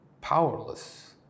powerless